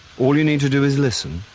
all you need to do is listen.